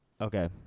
Okay